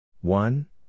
One